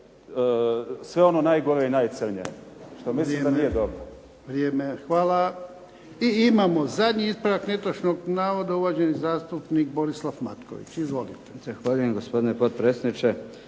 Sve ono najgore i najcrnje što mislim da nije dobro. **Jarnjak, Ivan (HDZ)** Hvala. I imamo zadnji ispravak netočnog navoda, uvaženi zastupnik Boris Matković. Izvolite. **Matković, Borislav